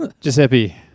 Giuseppe